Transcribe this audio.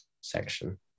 section